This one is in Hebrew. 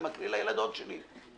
אני מקריא לילדות שלי...